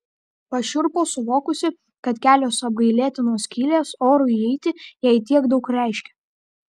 pašiurpo suvokusi kad kelios apgailėtinos skylės orui įeiti jai tiek daug reiškia